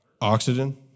Oxygen